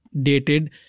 dated